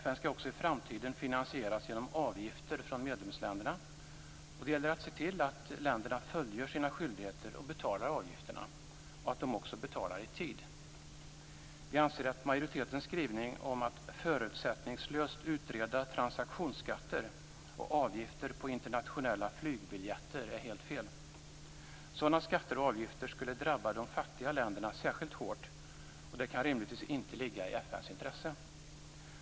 FN skall också i framtiden finansieras genom avgifter från medlemsländerna. Det gäller att se till att länderna fullgör sina skyldigheter och betalar avgifterna och att de också gör det i tid. Vi anser att majoritetens skrivning om att förutsättningslöst utreda transaktionsskatter och avgifter på internationella flygbiljetter är helt fel. Sådana skatter och avgifter skulle drabba de fattiga länderna särskilt hårt. Det kan rimligtvis inte ligga i FN:s intresse.